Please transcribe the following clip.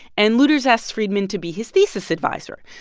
and luders asks friedman to be his thesis advisor.